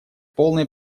полной